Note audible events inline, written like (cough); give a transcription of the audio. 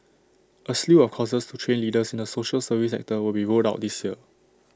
A slew of courses to train leaders in the social service (unintelligible) that will be rolled out this year